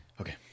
Okay